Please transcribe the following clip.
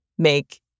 Make